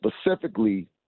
specifically